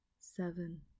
Seven